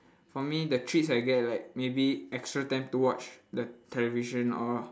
for me the treats I get like maybe extra time to watch the television or